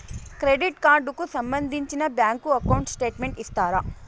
Credit card కు సంబంధించిన bank account statement ఇస్తారా?